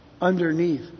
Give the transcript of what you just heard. underneath